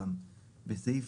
הסעיף הזה